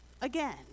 again